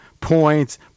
points